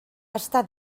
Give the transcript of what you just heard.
està